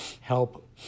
help